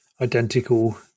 identical